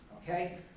Okay